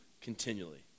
continually